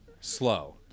slow